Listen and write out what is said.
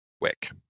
quick